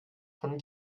von